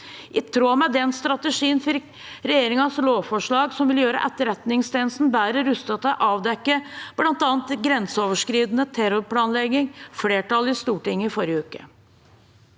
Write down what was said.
I tråd med den strategien fikk regjeringens lovforslag, som vil gjøre Etterretningstjenesten bedre rustet til å avdekke bl.a. grenseoverskridende terrorplanlegging, flertall i Stortinget forrige uke.